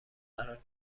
قرار